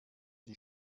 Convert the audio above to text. die